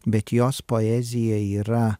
bet jos poezija yra